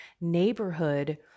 neighborhood